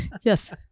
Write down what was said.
Yes